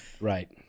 right